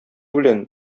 белән